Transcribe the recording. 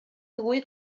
ddwy